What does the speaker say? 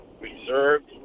reserved